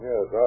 Yes